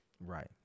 Right